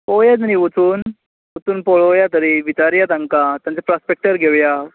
पळोवंक येता न्ही वचून पळोवून पळोवया तरी विचारया तांकां तांचो प्रोस्पॅक्टर घेवया